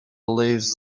lives